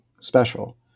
special